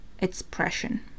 expression